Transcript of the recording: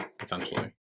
essentially